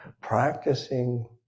practicing